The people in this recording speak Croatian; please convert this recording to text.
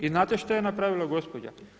I znate što je napravila gospođa?